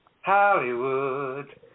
Hollywood